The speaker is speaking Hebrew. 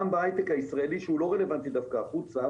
גם בהייטק הישראלי שהוא לא רלוונטי דווקא החוצה